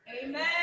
Amen